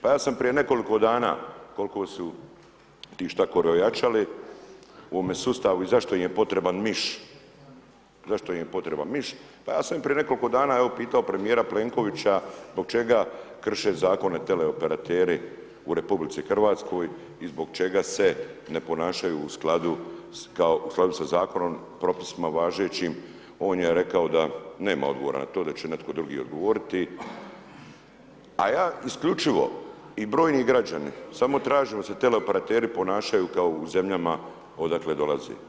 Pa ja sam prije nekoliko dana koliko su ti štakori ojačali, u ovom sustavu i zašto im je potreban miš, pa ja sam i prije nekoliko dana evo pitao premijera Plenkovića zbog čega krše zakone teleoperateri u RH i zbog čega se ne ponašaju u skladu sa zakonom, propisima važećim, on je rekao da nema odgovora na to, da će netko drugi odgovoriti a ja isključivo i brojni građani, samo tražimo da se teleoperateri ponašaju kao u zemljama odakle dolaze.